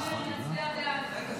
נצביע בעד.